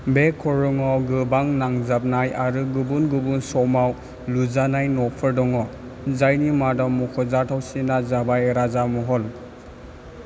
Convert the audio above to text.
बे खरङाव गोबां नांजाबनाय आरो गुबुन गुबुन समाव लुजानाय न'फोर दङ जायनि मादाव मख'जाथावसिना जाबाय राजा महल